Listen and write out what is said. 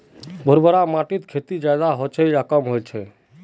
भुर भुरा माटिर खेती ज्यादा होचे या कम होचए?